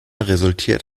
resultiert